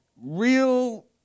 real